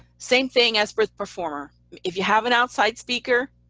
same thing as with performer. if you have an outside speaker,